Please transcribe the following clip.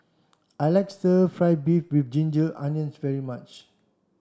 I like stir fry beef with ginger onions very much